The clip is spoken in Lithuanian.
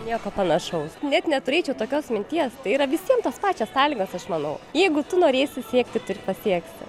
nieko panašaus net neturėčiau tokios minties tai yra visiem tos pačios sąlygos aš manau jeigu tu norėsi siekti tu ir pasieksi